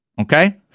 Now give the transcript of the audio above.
okay